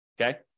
okay